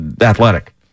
athletic